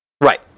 Right